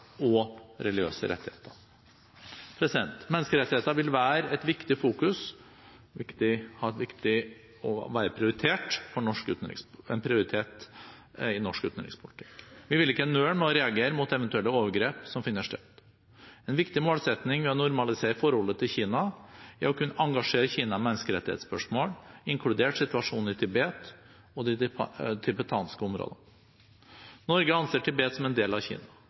og om religiøse rettigheter. Menneskerettigheter vil være en prioritet i norsk utenrikspolitikk. Vi vil ikke nøle med å reagere mot eventuelle overgrep som finner sted. En viktig målsetting ved å normalisere forholdet til Kina er å kunne engasjere Kina i menneskerettighetsspørsmål, inkludert situasjonen i Tibet og i de tibetanske områdene. Norge anser Tibet som en del av Kina,